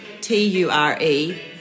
T-U-R-E